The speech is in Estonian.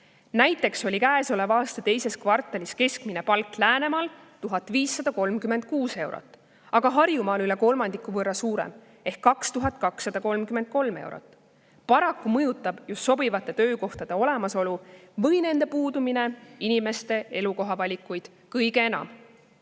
Näiteks oli käesoleva aasta teises kvartalis keskmine palk Läänemaal 1536 eurot, aga Harjumaal üle kolmandiku võrra suurem ehk 2233 eurot. Paraku mõjutab just sobivate töökohtade olemasolu või puudumine inimeste elukohavalikut kõige enam.